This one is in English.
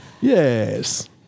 Yes